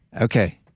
Okay